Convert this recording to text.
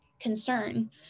concern